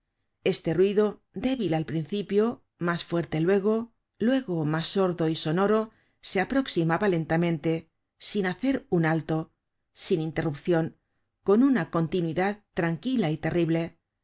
este ruido débil al principio mas fuerte luego luego mas sordo y sonoro se aproximaba lentamente sin hacer un alto sin interrupcion con una continuidad tranquila y terrible no